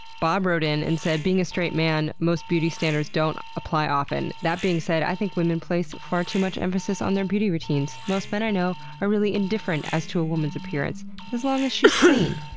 bob wrote in and said, being a straight man, most beauty standards don't apply often. that being said, said, i think women place far too much emphasis on their beauty routines. most men i know are really indifferent as to a woman's appearance as long as she's clean!